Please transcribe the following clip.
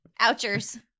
Ouchers